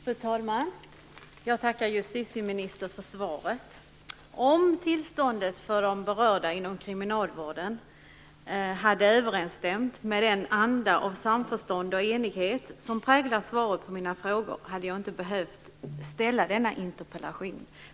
Fru talman! Jag tackar justitieministern för svaret. Om tillståndet för de berörda inom kriminalvården hade överensstämt med den anda av samförstånd och enighet som präglar svaret på mina frågor, hade jag inte behövt ställa denna interpellation.